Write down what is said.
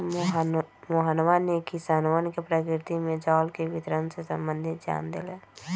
मोहनवा ने किसनवन के प्रकृति में जल के वितरण से संबंधित ज्ञान देलय